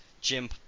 Jim